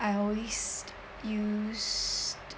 I always used